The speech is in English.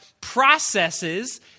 processes